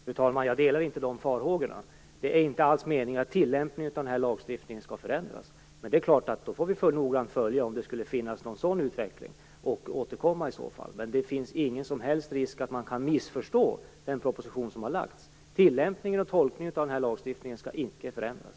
Fru talman! Jag delar inte de farhågorna. Det är inte alls meningen att tillämpningen av den här lagstiftningen skall förändras. Vi får noggrant följa om det skulle finnas en sådan utveckling och i så fall återkomma. Det finns ingen som helst risk att man kan missförstå den proposition som har lagts fram. Tillämpningen och tolkningen av lagstiftningen skall inte förändras.